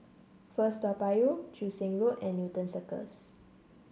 First Toa Payoh Joo Seng Road and Newton Circus